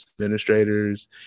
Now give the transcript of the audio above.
administrators